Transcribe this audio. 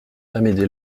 amédée